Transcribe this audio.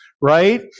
Right